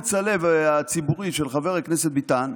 מאומץ הלב הציבורי של חבר הכנסת ביטן,